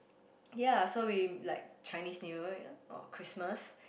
ye so we like Chinese-New-Year or Christmas